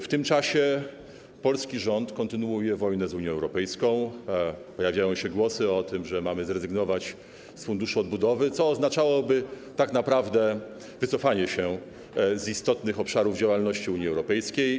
W tym czasie polski rząd kontynuuje wojnę z Unią Europejską, pojawiają się głosy o tym, że mamy zrezygnować z Funduszu Odbudowy, co oznaczałoby tak naprawdę wycofanie się z istotnych obszarów działalności Unii Europejskiej.